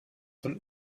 von